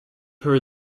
her